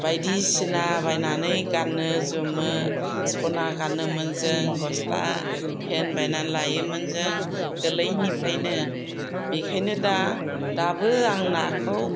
बायदिसिना बायनानै गानो जोमो सना गानोमोन जों गस्ला पेन्ट बायनानै लायोमोन जों गोरलैनिफ्रायनो बेनिखायनो दा दाबो आं नाखौ